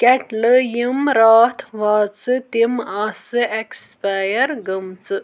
کیٚٹلہٕ یِم راتھ واژٕ تِم آسہٕ ایٚکٕسپیٚر گٔمژٕ